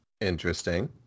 Interesting